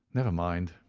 never mind,